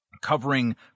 covering